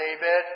David